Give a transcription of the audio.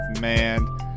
Man